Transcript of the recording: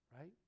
Right